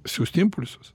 siųsti impulsus